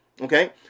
Okay